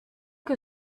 que